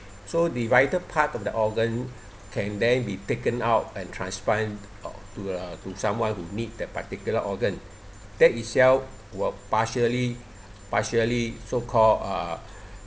so the vital part of the organ can then be taken out and transplant uh to a to someone who need that particular organ that itself will partially partially so called uh